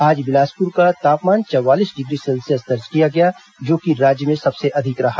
आज बिलासपुर का तापमान चौवालीस डिग्री सेल्सियस दर्ज किया गया जो कि राज्य में सबसे अधिक रहा